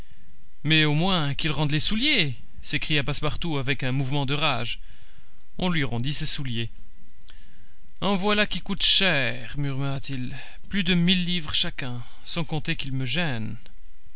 mais au moins qu'ils rendent les souliers s'écria passepartout avec un mouvement de rage on lui rendit ses souliers en voilà qui coûtent cher murmura-t-il plus de mille livres chacun sans compter qu'ils me gênent